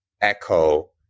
echo